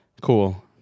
Cool